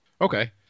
Okay